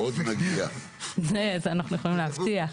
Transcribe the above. זה אנחנו יכולים להבטיח.